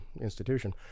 institution